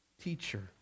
teacher